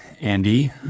Andy